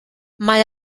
mae